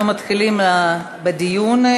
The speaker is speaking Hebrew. אנחנו מתחילים בדיון.